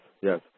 yes